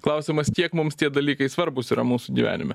klausimas kiek mums tie dalykai svarbūs yra mūsų gyvenime